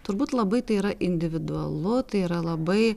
turbūt labai tai yra individualu tai yra labai